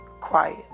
quiet